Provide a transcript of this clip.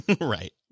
Right